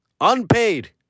Unpaid